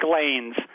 lanes